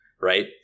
right